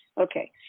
Okay